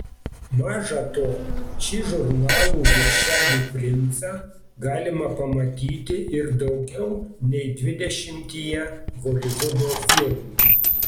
maža to šį žurnalų viršelių princą galima pamatyti ir daugiau nei dvidešimtyje holivudo filmų